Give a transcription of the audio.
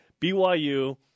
BYU